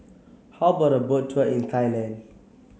how about a Boat Tour in Thailand